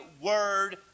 word